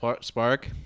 spark